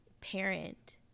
parent